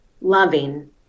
loving